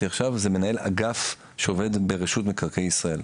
עכשיו זה מנהל אגף שעובד ברשות מקרקעי ישראל,